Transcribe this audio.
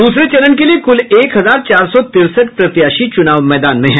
दूसरे चरण के लिये कुल एक हजार चार सौ तिरसठ प्रत्याशी चुनावी मैदान में हैं